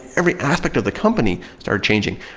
every aspect of the company started changing.